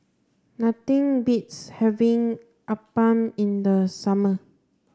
nothing beats having Appam in the summer